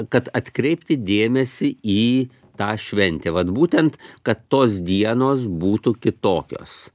kad atkreipti dėmesį į tą šventę vat būtent kad tos dienos būtų kitokios